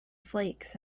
flakes